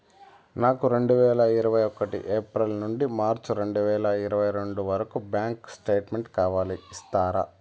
నాకు రెండు వేల ఇరవై ఒకటి ఏప్రిల్ నుండి మార్చ్ రెండు వేల ఇరవై రెండు వరకు బ్యాంకు స్టేట్మెంట్ కావాలి ఇస్తారా